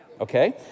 Okay